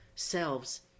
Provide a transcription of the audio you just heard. Selves